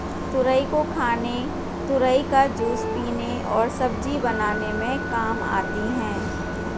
तुरई को खाने तुरई का जूस पीने और सब्जी बनाने में काम आती है